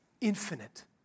infinite